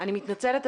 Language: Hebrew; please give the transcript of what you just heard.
אני מתנצלת,